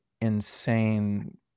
insane